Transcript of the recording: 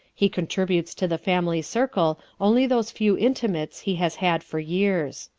he contributes to the family circle only those few intimates he has had for years.